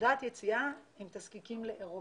כנקודת יציאה עם תזקיקים לאירופה.